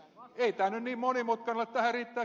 tähän riittää kyllä tai ei